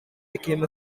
became